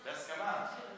בהסכמה.